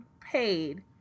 paid